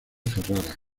ferrara